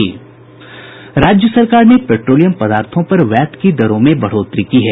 राज्य सरकार ने पेट्रोलियम पदार्थों पर वैट की दरों में बढ़ोत्तरी की है